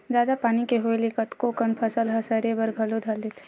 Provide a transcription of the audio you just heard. जादा पानी के होय ले कतको कन फसल ह सरे बर घलो धर लेथे